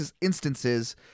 instances